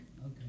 Okay